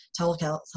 telehealth